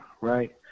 right